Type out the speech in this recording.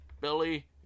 Billy